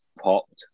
popped